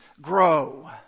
grow